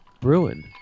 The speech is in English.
Bruin